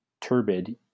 turbid